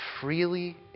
freely